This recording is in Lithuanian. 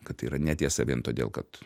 kad tai yra netiesa vien todėl kad